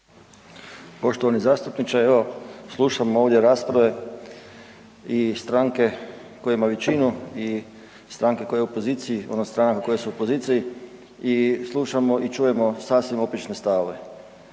Poštovani zastupniče, evo, slušam ovdje rasprave i stranke koja ima većinu i stranke koja je u opoziciji, odnosno stranke